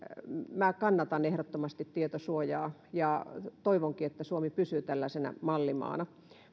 kannatan ehdottomasti tietosuojaa ja toivonkin että suomi pysyy tällaisena mallimaana